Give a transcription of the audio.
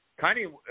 Kanye